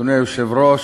אדוני היושב-ראש,